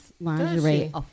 lingerie